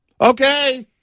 Okay